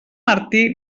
martí